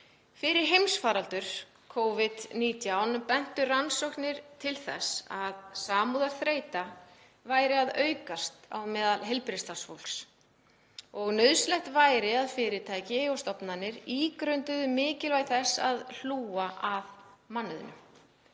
heimsfaraldur Covid-19 bentu rannsóknir til þess að samkenndarþreyta væri að aukast á meðal heilbrigðisstarfsfólks og nauðsynlegt væri að fyrirtæki og stofnanir ígrunduðu mikilvægi þess að hlúa að mannauðnum.